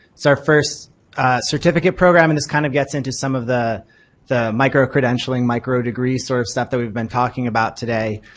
it's our first certificate program and this kind of gets into some of the the micro-credentialing, micro-degree sort of stuff that we've been talking about today,